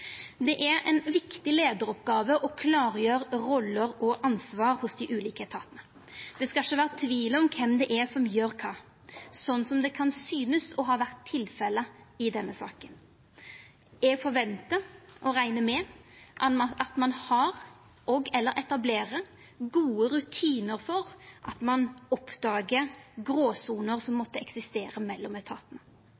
Det er ei viktig leiaroppgåve å klargjera roller og ansvar hos dei ulike etatane. Det skal ikkje vera tvil om kven som gjer kva, slik som det kan synast å ha vore tilfellet i denne saka. Eg forventar og reknar med at ein har – og/eller etablerer – gode rutinar for å oppdaga gråsoner som